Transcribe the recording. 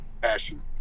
passion